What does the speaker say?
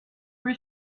were